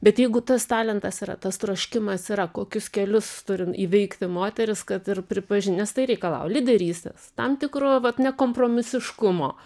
bet jeigu tas talentas yra tas troškimas yra kokius kelius turi įveikti moteris kad ir pripaži nes tai reikalauja lyderystės tam tikro vat nekompromisiškumo